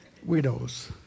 Widows